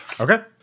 Okay